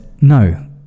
No